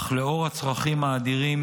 אך לנוכח הצרכים האדירים,